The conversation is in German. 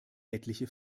etliche